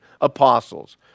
apostles